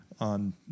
On